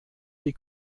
die